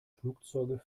flugzeuge